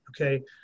okay